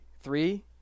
Three